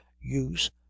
use